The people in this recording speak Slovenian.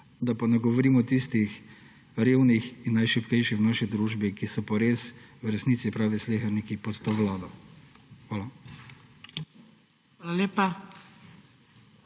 Da pa ne govorim o tistih revnih in najšibkejših v naši družbi, ki so pa res v resnici pravi sleherniki pod to vlado. Hvala.